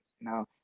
now